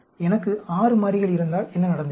எனக்கு 6 மாறிகள் இருந்தால் என்ன நடந்திருக்கும்